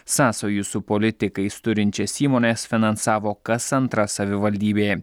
sąsajų su politikais turinčias įmones finansavo kas antra savivaldybė